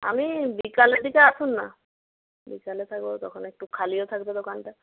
আমি বিকেলের দিকে আসুন না বিকেলে থাকব তখন একটু খালিও থাকবে দোকানটা